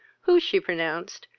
who, she pronounced,